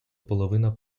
половина